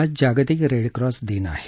आज जागतिक रेडक्रॉस दिन आहे